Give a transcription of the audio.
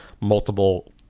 multiple